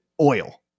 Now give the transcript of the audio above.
oil